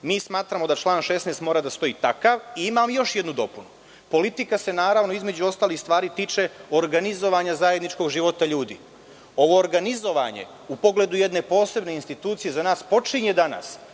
Smatramo da član 16. mora da stoji takav. Imam još jednu dopunu. Politika se, naravno, između ostalih stvari, tiče organizovanja zajedničkog života ljudi. Ovo organizovanje u pogledu jedne posebne institucije za nas počinje danas